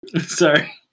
Sorry